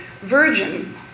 virgin